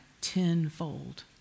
tenfold